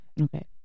Okay